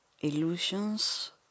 illusions